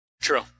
True